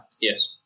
yes